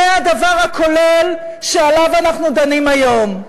זה הדבר הכולל שעליו אנחנו דנים היום.